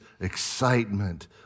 excitement